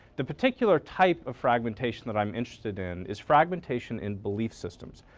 the particular type of fragmentation that i'm interested in is fragmentation in belief systems.